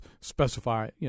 specify